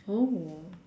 oh